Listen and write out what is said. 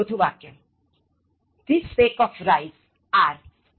ચોથું વાક્ય This sack of rice are spoilt